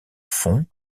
fonds